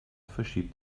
verschiebt